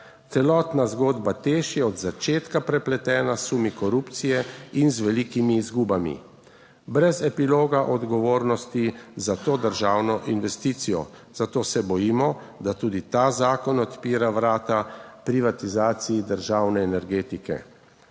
Celotna zgodba TEŠ je od začetka prepletena s sumi korupcije in z velikimi izgubami, brez epiloga odgovornosti za to državno investicijo. Zato se bojimo, da tudi ta zakon odpira vrata privatizaciji državne energetike.